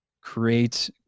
create